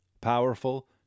powerful